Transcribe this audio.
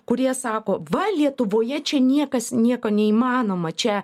kurie sako va lietuvoje čia niekas nieko neįmanoma čia